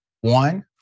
one